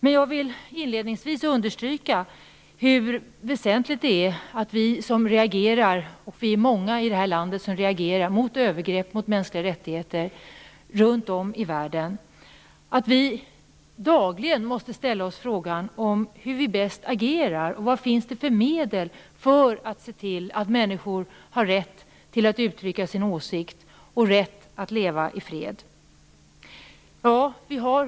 Inledningsvis vill jag understryka hur väsentligt det är att vi som reagerar, och vi är många i det här landet som reagerar mot övergrepp mot de mänskliga rättigheterna runt om i världen, dagligen ställer oss frågan hur vi bäst agerar och vad det finns för medel för att se till att människor har rätt att uttrycka sin åsikt och rätt att leva i fred.